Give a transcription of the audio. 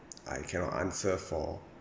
I cannot answer for